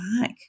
back